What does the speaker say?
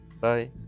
Bye